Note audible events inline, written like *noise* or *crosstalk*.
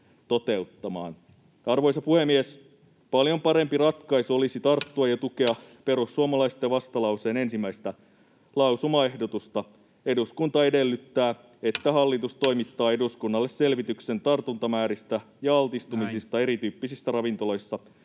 Arvoisa puhemies! Paljon parempi ratkaisu olisi *noise* tukea perussuomalaisten vastalauseen ensimmäistä lausumaehdotusta: ”Eduskunta edellyttää, että hallitus *noise* toimittaa eduskunnalle selvityksen tartuntamääristä ja altistumisista [Puhemies: Näin!] erityyppisissä ravintoloissa,